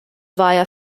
via